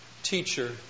Teacher